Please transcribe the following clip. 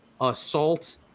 Assault